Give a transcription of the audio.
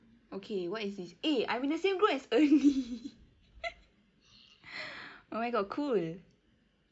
okay what this eh I'm in the same group as ernie oh my god cool